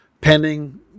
pending